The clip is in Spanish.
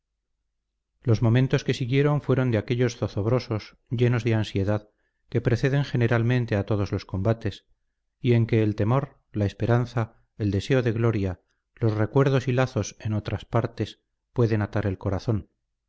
los momentos que siguieron fueron de aquellos zozobrosos llenos de ansiedad que preceden generalmente a todos los combates y en que el temor la esperanza el deseo de gloria los recuerdos y lazos en otras partes pueden atar el corazón